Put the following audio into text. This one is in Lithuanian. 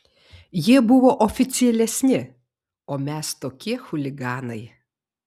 jie buvo oficialesni o mes tokie chuliganai